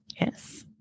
Yes